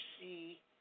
see